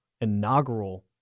inaugural